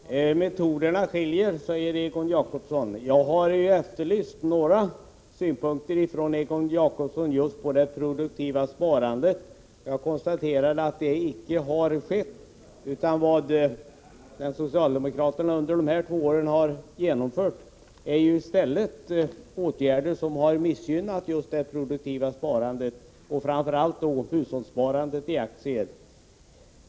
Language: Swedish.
Herr talman! Metoderna skiljer, säger Egon Jacobsson. Jag har efterlyst några synpunkter från Egon Jacobsson just beträffande det produktiva sparandet. Jag konstaterade att ingenting har skett, utan vad socialdemokraterna under de här två åren har genomfört är i stället åtgärder som har missgynnat just det produktiva sparandet, framför allt hushållssparandet i aktier.